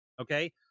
okay